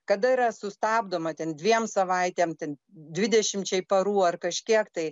kada yra sustabdoma ten dviem savaitėm ten dvidešimčiai parų ar kažkiek tai